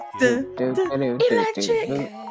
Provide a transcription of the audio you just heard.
Electric